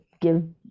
give